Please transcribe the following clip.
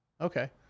Okay